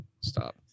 Stop